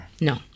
No